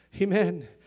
Amen